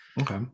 okay